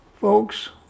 Folks